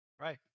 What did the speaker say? Right